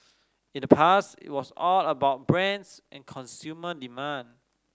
in the past it was all about brands and consumer demand